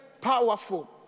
powerful